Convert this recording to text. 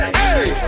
hey